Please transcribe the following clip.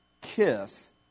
kiss